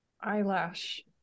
eyelash